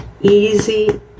easy